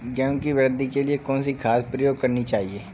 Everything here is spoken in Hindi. गेहूँ की वृद्धि के लिए कौनसी खाद प्रयोग करनी चाहिए?